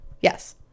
Yes